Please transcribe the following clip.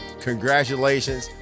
congratulations